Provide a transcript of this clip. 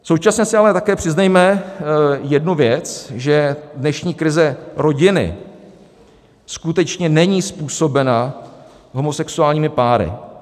Současně si ale také přiznejme jednu věc, že dnešní krize rodiny skutečně není způsobena homosexuálními páry.